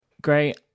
Great